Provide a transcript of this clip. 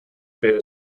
beta